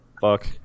fuck